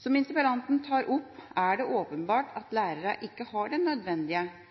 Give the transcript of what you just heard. Som interpellanten tar opp, er det åpenbart at lærerne ikke har den nødvendige